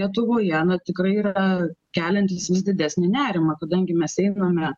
lietuvoje tikrai yra keliantis vis didesnį nerimą kadangi mes einame